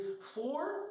Four